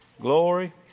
Glory